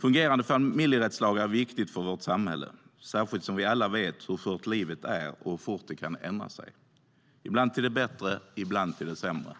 Fungerande familjerättslagar är viktiga för vårt samhälle, särskilt som vi alla vet hur skört livet är och hur fort det kan ändra sig - ibland till det bättre, ibland till det sämre.